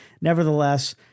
nevertheless